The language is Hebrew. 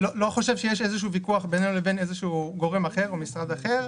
חושב שיש איזה שהוא ויכוח בינינו לבין איזה שהוא גורם אחר או משרד אחר.